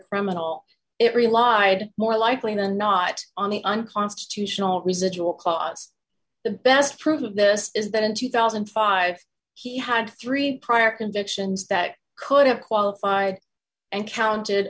criminal it relied more likely than not on the unconstitutional residual clause the best proof of this is that in two thousand and five he had three prior convictions that could have qualified and counted